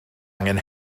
angen